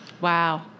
Wow